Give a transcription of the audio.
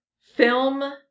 film